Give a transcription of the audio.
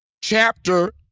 chapter